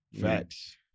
facts